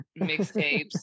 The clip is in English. mixtapes